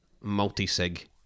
multi-sig